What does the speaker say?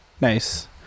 nice